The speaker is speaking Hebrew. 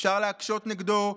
אפשר להקשות נגדו: